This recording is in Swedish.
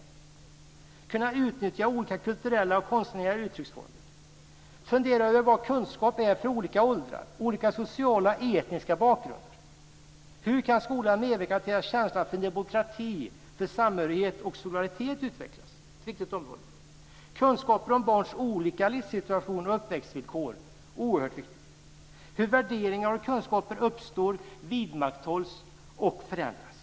Man ska kunna utnyttja olika kulturella och konstnärliga uttrycksformer, fundera över vad kunskap är i förhållande till olika åldrar samt olika sociala och etniska bakgrunder. Hur kan skolan medverka till att känslan för demokrati, samhörighet och solidaritet utvecklas? Det är ett viktigt område. Kunskaper om barns olika livssituationer och uppväxtvillkor är också oerhört viktigt. Vidare handlar det om hur värderingar och kunskaper uppstår, vidmakthålls och förändras.